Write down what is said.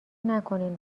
نکنین